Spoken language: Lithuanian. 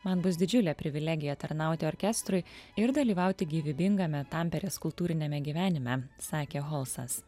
man bus didžiulė privilegija tarnauti orkestrui ir dalyvauti gyvybingame tamperės kultūriniame gyvenime sakė holsas